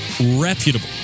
reputable